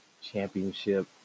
championship